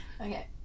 Okay